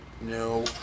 No